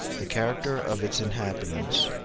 the character of its inhabitants,